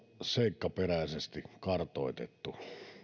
seikkaperäisesti kartoitettu